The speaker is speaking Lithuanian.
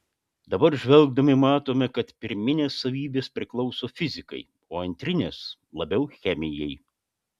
dabar žvelgdami matome kad pirminės savybės priklauso fizikai o antrinės labiau chemijai